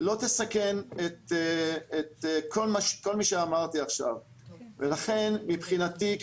לא תסכן את כל מי שאמרתי עכשיו ולכן מבחינתי,